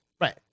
Right